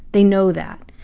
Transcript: they know that.